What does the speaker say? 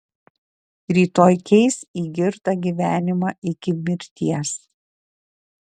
rytoj keis į girtą gyvenimą iki mirties